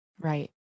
Right